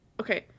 Okay